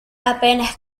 apenas